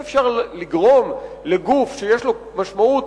אי-אפשר לגרום לגוף שיש לו משמעות